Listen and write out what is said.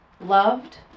loved